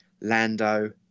Lando